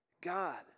God